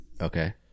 Okay